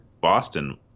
boston